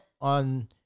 on